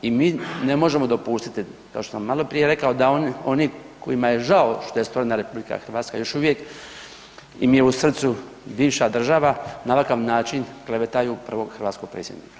I mi ne možemo dopustiti to što sam maloprije rekao, da oni kojima je žao što je stvorena RH još uvijek im je u srcu bivša država, na ovakav način klevetaju prvog hrvatskog predsjednika.